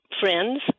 friends